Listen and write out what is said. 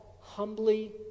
humbly